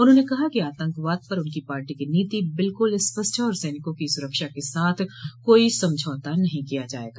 उन्होंने कहा कि आतंकवाद पर उनकी पार्टी की नीति बिल्कुल स्पष्ट है और सैनिकों की सुरक्षा के साथ कोई समझौता नहीं किया जायेगा